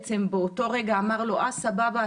באותו רגע הוא אומר לו: סבבה,